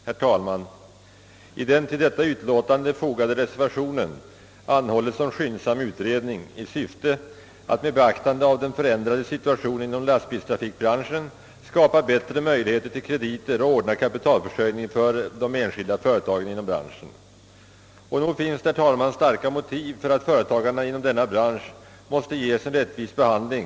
Herr talman! I den till detta utlåtande fogade reservationen = anhålles om skyndsam utredning i syfte att med beaktande av den förändrade situationen inom lastbilstrafikbranschen skapa bättre möjligheter till krediter och ordnad kapitalförsörjning för de enskilda företagen inom branschen. Nog finns det, herr talman, starka motiv för att ge företagarna inom denna bransch en rättvis behandling.